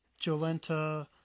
Jolenta